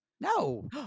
No